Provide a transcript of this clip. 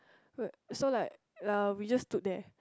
so like uh we just stood there